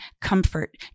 comfort